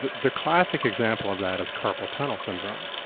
the the classic example of that is carpal tunnel syndrome.